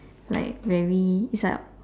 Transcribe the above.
like very it's like